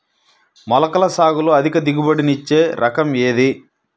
మొలకల సాగులో అధిక దిగుబడి ఇచ్చే రకం ఏది?